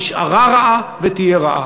נשארה רעה ותהיה רעה.